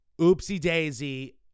Oopsie-daisy